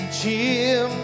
Cheer